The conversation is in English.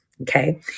Okay